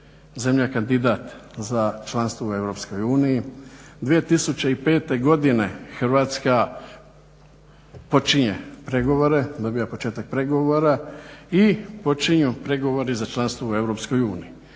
zemlja kandidat za članstvo u EU, 2005. Hrvatska počinje pregovore, dobija početak pregovora i počinju pregovori za članstvo u EU.